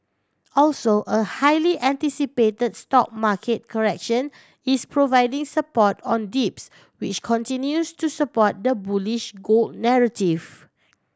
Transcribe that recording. also a highly anticipate stock market correction is providing support on dips which continues to support the bullish gold narrative